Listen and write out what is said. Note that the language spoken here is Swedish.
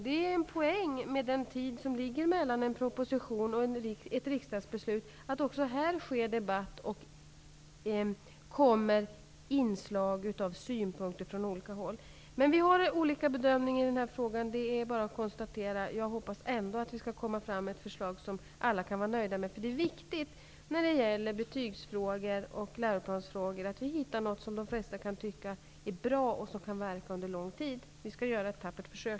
Det är en poäng med den tid som ligger mellan en proposition och ett riksdagsbeslut att även här kan det förekomma en debatt. Det kan komma synpunkter från olika håll. Vi gör olika bedömningar i den här frågan. Det är bara att konstatera. Jag hoppas ändå att vi skall komma fram med ett förslag som alla kan vara nöjda med. Det är viktigt att vi hittar något som de flesta kan tycka är bra och som kan verka under långt tid när det gäller betygsfrågor och läroplansfrågor. Vi skall göra ett tappert försök.